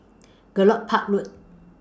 Gallop Park Road